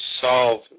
solve